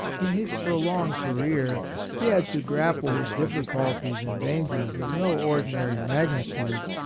in his prolonged career, he had to grapple with difficulties and dan gers of no ordinary magnitude,